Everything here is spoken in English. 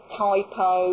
typo